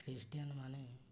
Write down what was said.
Christian ମାନେ